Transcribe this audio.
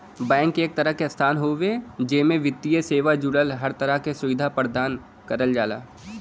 bank एक तरह क संस्थान हउवे जेमे वित्तीय सेवा जुड़ल हर तरह क सुविधा प्रदान करल जाला